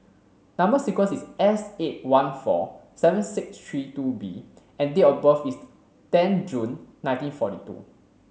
number sequence is S eight one four seven six three two B and date of birth is ten June nineteen forty two